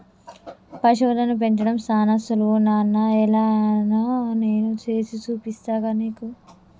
పశువులను పెంచడం సానా సులువు నాన్న ఎలానో నేను సేసి చూపిస్తాగా నీకు